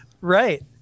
Right